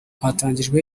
hatangijwe